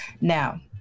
Now